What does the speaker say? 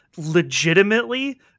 legitimately